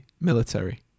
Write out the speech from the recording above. military